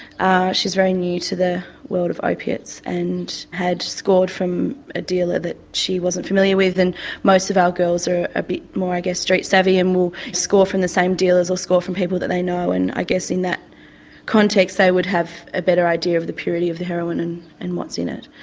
ah she's very new to the world of opiates, and had scored from a dealer that she wasn't familiar with, and most of our girls are a bit more, i guess, street savvy, and will score from the same dealers or score from people that they know, and i guess in that context they would have a better idea of the purity of the heroin and and what's in it.